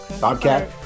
Bobcat